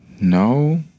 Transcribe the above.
no